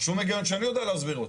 --- שאני יודע להסביר אותו.